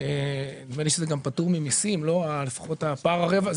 ונדמה לי שזה גם פטור ממסים, לפחות פער הרווח.